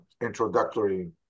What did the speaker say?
introductory